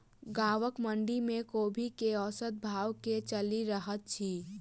गाँवक मंडी मे कोबी केँ औसत भाव की चलि रहल अछि?